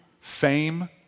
fame